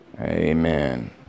Amen